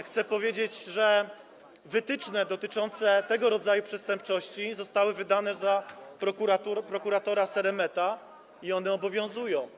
Chcę powiedzieć, że wytyczne dotyczące tego rodzaju przestępczości zostały wydane za prokuratora Seremeta i one obowiązują.